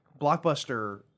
Blockbuster